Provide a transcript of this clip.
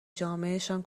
جامعهشان